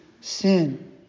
sin